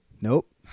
Nope